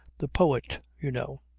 the poet you know.